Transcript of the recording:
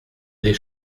les